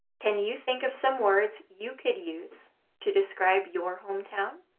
can you think of some words you could use to describe your hometown?